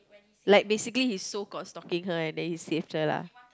like basically he's so called stalking her and then he saved her lah